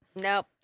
Nope